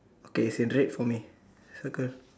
okay it's in red for me circle